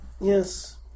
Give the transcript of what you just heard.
Yes